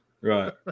Right